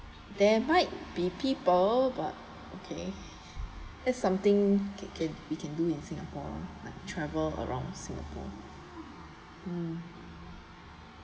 there might be people but okay that's something we can we can do in singapore ah travel around singapore mm